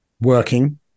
working